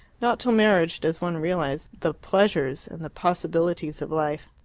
not till marriage does one realize the pleasures and the possibilities of life.